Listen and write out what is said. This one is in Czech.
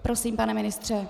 Prosím, pane ministře.